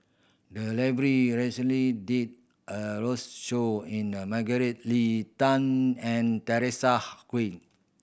the library recently did a road's show in a Margaret Leng Tan and Teresa